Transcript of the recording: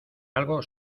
algo